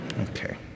Okay